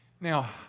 Now